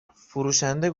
فروشنده